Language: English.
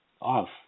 off